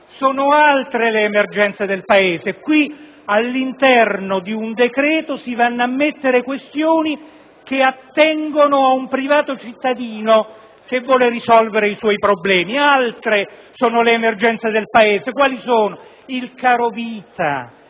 sono altre le emergenze del Paese. Qui, all'interno di un decreto, si vanno ad inserire questioni che attengono ad un privato cittadino che vuole risolvere i suoi problemi. Altre sono le emergenze del Paese: il carovita,